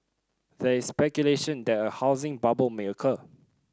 there is speculation that a housing bubble may occur